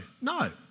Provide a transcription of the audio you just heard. No